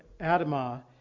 Adama